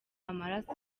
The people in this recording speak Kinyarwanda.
amaraso